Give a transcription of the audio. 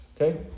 Okay